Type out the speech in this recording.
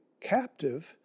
captive